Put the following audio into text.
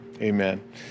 Amen